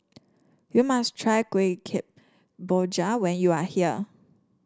you must try Kueh Kemboja when you are here